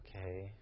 Okay